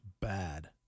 bad